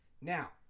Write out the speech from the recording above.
Now